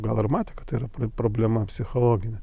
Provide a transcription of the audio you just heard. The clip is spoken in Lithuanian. gal ir matė kad tai yra problema psichologinė